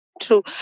True